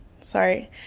Sorry